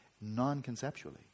non-conceptually